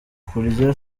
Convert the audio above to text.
kurya